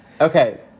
Okay